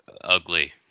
Ugly